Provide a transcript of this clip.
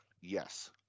yes